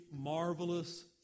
marvelous